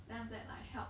then after that like help